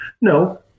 No